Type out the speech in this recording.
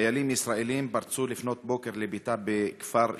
חיילים ישראלים פרצו לפנות בוקר לביתה בכפר א-שיוח'